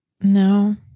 No